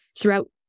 throughout